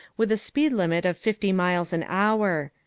with a speed limit of fifty miles an hour.